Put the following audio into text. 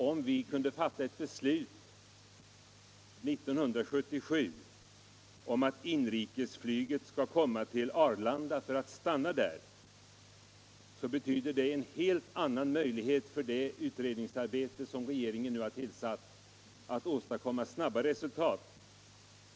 Om vi kan fatta ett beslut 1977 om att inrikesflyget skall komma till Arlanda för att stanna där, så betyder det självfallet en helt annan möjlighet för den utredning, som regeringen nu har tillsatt, att åstadkomma snabba resultat.